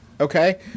Okay